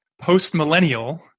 post-millennial